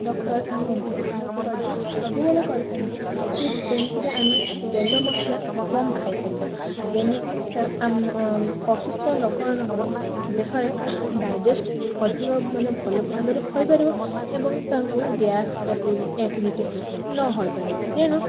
doctor ଆମକୁ suggest ସବୁବେଳେ କରିଥାନ୍ତି କି ଯେମତିକି ଆମେ ତେଲ ମସଲା କମ୍ ଖାଇପାରିବା ଯେମିତି ଆମ ଅସୁସ୍ଥ ଲୋକ ମାନଙ୍କର ଦେହରେ ଡାଇଜେଷ୍ଟ ଅଧିକ ମାନେ ଭଲଭାବରେ ହୋଇପାରିବ ଏବଂ ତାଙ୍କୁ ଗ୍ୟାସ ଏସିଡ଼ିଟି ନ ହୋଇପାରିବ ତେଣୁ